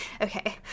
okay